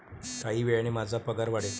काही वेळाने माझा पगार वाढेल